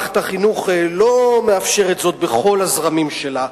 מערכת החינוך לא מאפשרת זאת בכל הזרמים שלה.